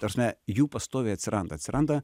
ta prasme jų pastoviai atsiranda atsiranda